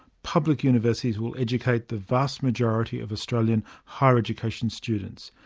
public universities will educate the vast majority of australian higher education students.